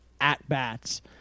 at-bats